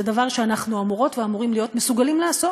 זה דבר שאנחנו אמורות ואמורים להיות מסוגלים לעשות.